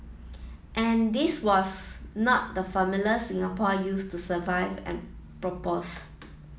and this was not the formula Singapore used to survive and propose